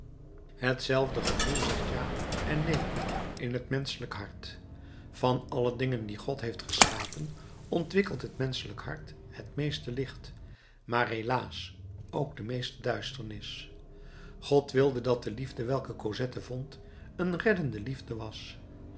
hetzelfde gevoel zegt ja en neen in het menschelijk hart van alle dingen die god heeft geschapen ontwikkelt het menschelijk hart het meeste licht maar helaas ook de meeste duisternis god wilde dat de liefde welke cosette vond een reddende liefde was